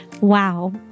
Wow